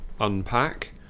unpack